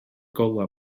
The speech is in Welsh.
golau